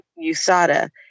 USADA